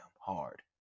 hard